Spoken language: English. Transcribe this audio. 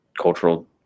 cultural